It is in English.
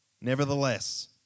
Nevertheless